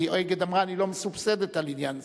כי "אגד" אמר: אני לא מסובסד על עניין זה.